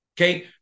okay